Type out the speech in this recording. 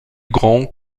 grand